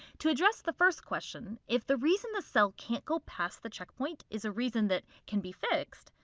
to address the first question if the reason the cell can't go past the checkpoint is a reason that can be fixed,